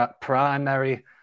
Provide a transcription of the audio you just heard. primary